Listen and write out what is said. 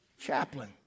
Chaplain